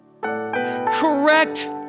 Correct